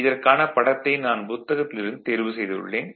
இதற்கான படத்தை நான் புத்தகத்தில் இருந்து தேர்வு செய்துள்ளேன்